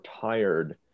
tired